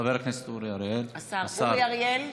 (קוראת בשם חבר הכנסת) אורי אריאל,